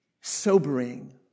sobering